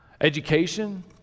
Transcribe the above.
Education